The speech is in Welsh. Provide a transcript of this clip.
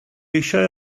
eisiau